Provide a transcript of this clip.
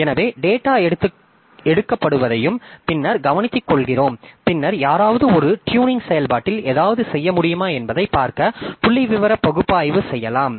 எனவே டேட்டா எடுக்கப்படுவதையும் பின்னர் கவனித்துக்கொள்கிறோம் பின்னர் யாராவது ஒரு ட்யூனிங் செயல்பாட்டில் ஏதாவது செய்ய முடியுமா என்பதைப் பார்க்க புள்ளிவிவர பகுப்பாய்வு செய்யலாம்